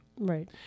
Right